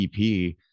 EP